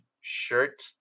shirt